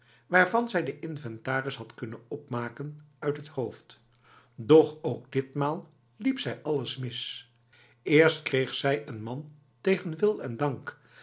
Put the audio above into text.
waarvan zij de inventaris had kunnen opmaken uit het hoofd doch ook ditmaal liep zij alles mis eerst kreeg zij een man tegen wil en dank